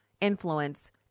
influence